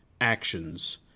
actions